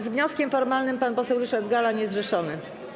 Z wnioskiem formalnym pan poseł Ryszard Galla, niezrzeszony.